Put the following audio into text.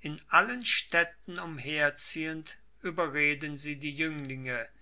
in allen städten umherziehend überreden sie die jünglinge